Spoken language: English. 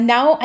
Now